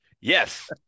Yes